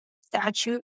statute